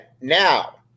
now